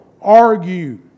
argue